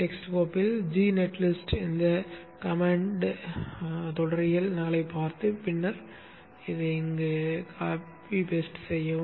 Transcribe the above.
txt கோப்பில் G netlist இந்த கட்டளையின் தொடரியல் நகலைப் பார்த்து பின்னர் paste செய்யவும்